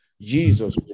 Jesus